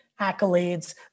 accolades